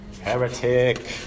heretic